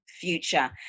future